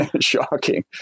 shocking